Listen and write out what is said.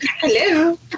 hello